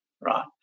right